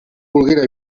volguera